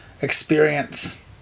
experience